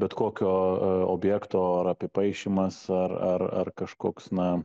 bet kokio objekto ar apipaišymas ar ar ar kažkoks na